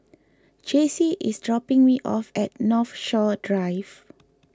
Jaycee is dropping me off at Northshore Drive